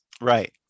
right